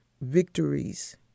victories